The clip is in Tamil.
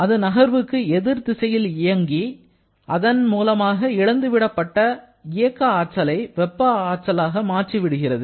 அது நகர்வுக்கு எதிர்திசையில் இயங்கி அதன் மூலமாக இழந்து விடப்பட்ட இயக்க ஆற்றலை வெப்ப ஆற்றலாக மாற்றிவிடுகிறது